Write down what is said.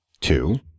two